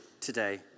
today